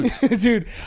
Dude